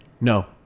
No